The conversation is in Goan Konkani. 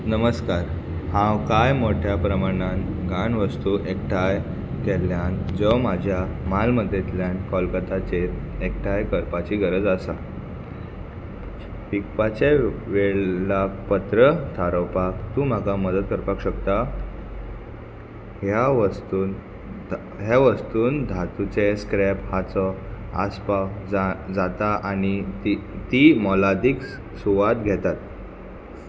नमस्कार हांव कांय मोठ्या प्रमाणान घाणवस्तू एकठांय केल्ल्यान जो म्हाज्या म्हालमत्तेंतल्यान कोलकताचेर एकठांय करपाची गरज आसा पिकपाचे वेळा पत्र थारोवपाक तूं म्हाका मदत करपाक शकता ह्या वस्तून ह्या वस्तून धातूचे स्क्रेप हाचो आस्पाव जा जाता आनी ती ती मोलादीक सुवात घेतात